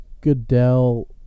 Goodell